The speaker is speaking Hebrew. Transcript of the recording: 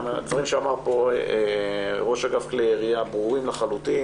הדברים שאמר פה ראש אגף כלי ירייה ברורים לחלוטין